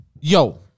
Yo